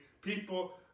people